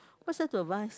what's there to advise